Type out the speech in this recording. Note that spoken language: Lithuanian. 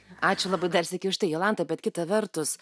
ačiū labai dar sykį už tai jolanta bet kita vertus